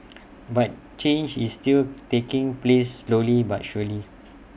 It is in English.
but change is still taking place slowly but surely